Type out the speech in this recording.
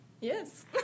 Yes